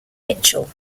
mitchell